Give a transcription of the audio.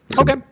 Okay